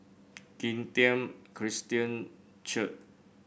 Kim Tian Christian Church